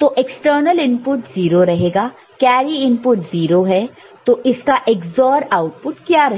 तो external input 0 रहेगा carry input 0 है तो इसका XOR आउटपुट क्या रहेगा